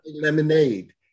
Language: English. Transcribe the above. Lemonade